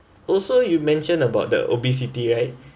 also you mentioned about the obesity right